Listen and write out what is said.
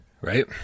Right